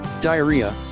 diarrhea